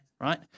right